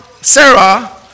Sarah